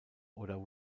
oder